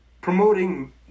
promoting